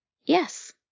Yes